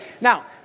now